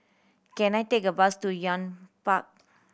can I take a bus to Park